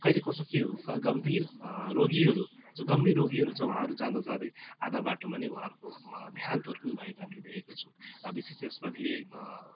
कहिले कसो के हुन्छ गम्भीर रोगीहरू जो गम्भीर रोगीहरू छ उहाँहरू जाँदा जाँदै आधा बाटोमा नै उहाँहरूको देहान्तहरू भएको हामीले देखेको छौँ विशेष यसमा धेरै